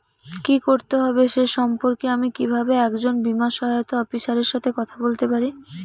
কী করতে হবে সে সম্পর্কে আমি কীভাবে একজন বীমা সহায়তা অফিসারের সাথে কথা বলতে পারি?